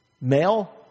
male